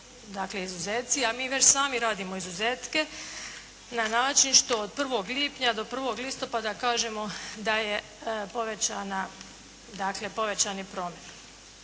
dakle izuzeci, a mi već sami radimo izuzetke na način što od 1. lipnja do 1. listopada kažemo da je povećana dakle povećan je promet.